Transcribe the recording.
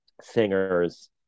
singers